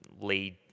lead